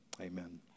Amen